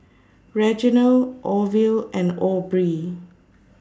Reginald Orville and Aubrie